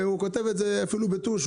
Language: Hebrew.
אפילו בטוש.